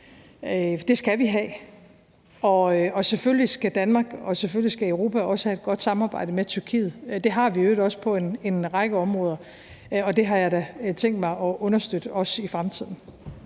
Det skal vi have, og selvfølgelig skal Danmark og selvfølgelig skal Europa også have et godt samarbejde med Tyrkiet. Det har vi i øvrigt også på en række områder, og det har jeg da tænkt mig at understøtte, også i fremtiden.